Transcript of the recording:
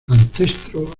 ancestro